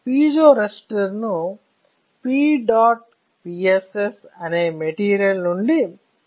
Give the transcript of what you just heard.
piezoresistor ను PEDOTPSS అనే material నుండి తయారు చేయబడింది